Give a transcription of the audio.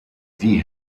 die